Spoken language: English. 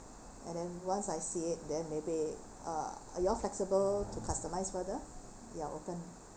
and then once I see it then maybe uh you all flexible to customise further we are open